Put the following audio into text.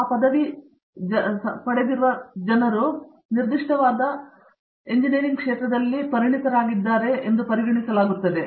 ಆ ಪದವಿ ಜನರಿಗೆ ಸಂಬಂಧಿಸಿರುವ ಒಂದು ನಿರ್ದಿಷ್ಟವಾದ ಎಂಜಿನಿಯರಿಂಗ್ ಅಥವಾ ಸೈನ್ಸ್ ಕ್ಷೇತ್ರ ಸಮಸ್ಯೆಯಾಗಿದೆ